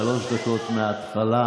שלוש דקות מהתחלה.